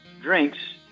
drinks